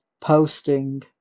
posting